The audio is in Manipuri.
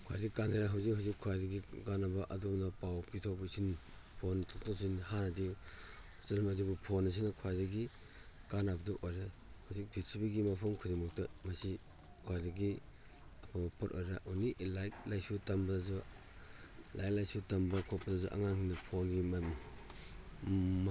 ꯈ꯭ꯋꯥꯏꯗꯒꯤ ꯍꯧꯖꯤꯛ ꯍꯧꯖꯤꯛ ꯈ꯭ꯋꯥꯏꯗꯒꯤ ꯀꯥꯟꯅꯕ ꯑꯗꯨꯅ ꯄꯥꯎ ꯄꯤꯊꯣꯛ ꯄꯤꯁꯤꯟ ꯐꯣꯟ ꯇꯧꯊꯣꯛ ꯇꯧꯁꯤꯟ ꯑꯗꯨꯕꯨ ꯐꯣꯟ ꯑꯁꯤꯅ ꯈ꯭ꯋꯥꯏꯗꯒꯤ ꯀꯥꯟꯅꯕꯗꯨ ꯑꯣꯏꯔꯦ ꯍꯧꯖꯤꯛ ꯄ꯭ꯔꯤꯊꯤꯕꯤꯒꯤ ꯃꯐꯝ ꯈꯨꯗꯤꯡꯃꯛꯇ ꯃꯁꯤ ꯈ꯭ꯋꯥꯏꯗꯒꯤ ꯑꯐꯕ ꯄꯣꯠ ꯑꯣꯏꯔꯦ ꯑꯣꯟꯂꯤ ꯂꯥꯏꯔꯤꯛ ꯂꯥꯏꯁꯨ ꯇꯝꯕꯗꯁꯨ ꯂꯥꯏꯔꯤꯛ ꯂꯥꯏꯁꯨ ꯇꯝꯕ ꯈꯣꯠꯄꯗꯁꯨ ꯑꯉꯥꯡꯁꯤꯡꯅ ꯐꯣꯟꯒꯤ